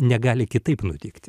negali kitaip nutikti